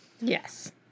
Yes